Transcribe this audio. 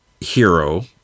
hero